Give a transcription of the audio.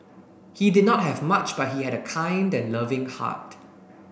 he did not have much but he had a kind and loving heart